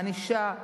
בענישה,